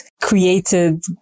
created